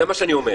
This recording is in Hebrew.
זה מה שאני אומר.